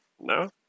no